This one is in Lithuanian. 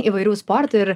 įvairių sportų ir